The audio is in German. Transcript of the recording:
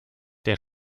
der